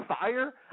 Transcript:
fire